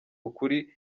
ukuri